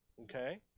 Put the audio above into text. Okay